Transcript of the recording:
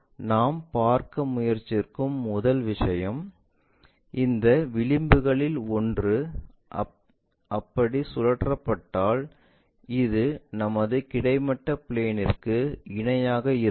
நாம் பார்க்க முயற்சிக்கும் முதல் விஷயம் இந்த விளிம்புகளில் ஒன்று அப்படி சுழற்றப்பட்டால் இது நமது கிடைமட்ட பிளேன்ற்கு இணையாக இருக்கும்